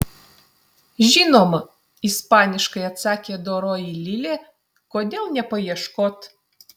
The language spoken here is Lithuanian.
žinoma ispaniškai atsakė doroji lilė kodėl nepaieškot